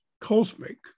cosmic